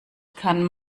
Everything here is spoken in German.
kann